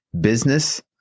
business